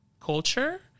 culture